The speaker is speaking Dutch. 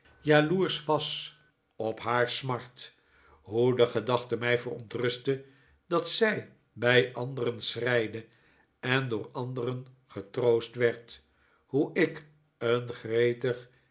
jaloersch was op haar smart hoe de gedachte mij verontrustte dat zij bij anderen schreide en door anderen getroost werd hoe ik een gretig